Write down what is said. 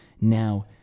Now